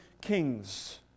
kings